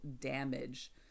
damage